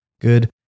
Good